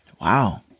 Wow